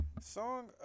Song